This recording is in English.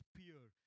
pure